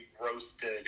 roasted